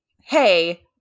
hey